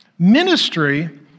Ministry